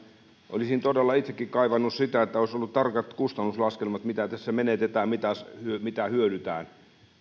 olisin todella itsekin kaivannut sitä että olisi ollut tarkat kustannuslaskelmat siitä mitä tässä menetetään ja mitä hyödytään